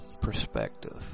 perspective